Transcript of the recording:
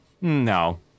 no